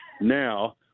now